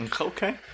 Okay